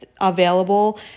available